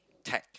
tech